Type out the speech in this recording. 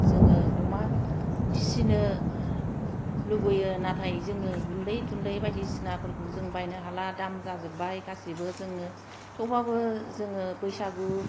जोङो अमा फिनो लुबैयो नाथाय जोङो गुन्दै थुन्दै बायदिसिनाफोरखौ जों बायनो हाला दाम जाजोबबाय गासिबो जोङो थेवबाबो जोङो बैसागु